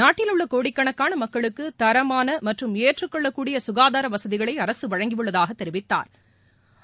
நாட்டிலுள்ள கோடிக்கணக்கான மக்களுக்கு தரமான மற்றும் ஏற்றுக்கொள்ளக்கூடிய சுகாதார வசதிகளை அரசு வழங்கியுள்ளதாக தெரிவித்தாா்